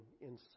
inside